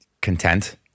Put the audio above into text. content